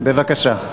בבקשה.